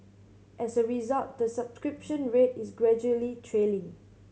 as a result the subscription rate is gradually trailing